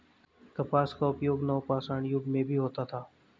कपास का उपयोग नवपाषाण युग में भी होता था